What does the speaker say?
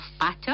butter